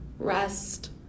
rest